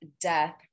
death